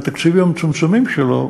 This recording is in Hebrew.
עם התקציבים המצומצמים שלו,